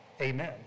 Amen